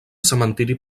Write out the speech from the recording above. cementiri